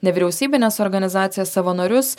nevyriausybines organizacijas savanorius